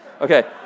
Okay